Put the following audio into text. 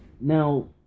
now